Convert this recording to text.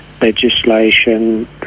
legislation